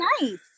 nice